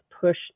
push